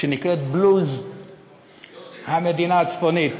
שנקראת "בלוז המדינה הצפונית".